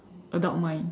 adult mind